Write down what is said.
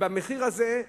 במחיר הזה,